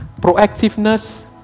Proactiveness